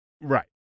Right